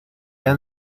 han